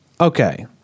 okay